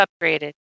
upgraded